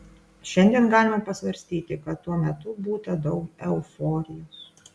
šiandien galima pasvarstyti kad tuo metu būta daug euforijos